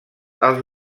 als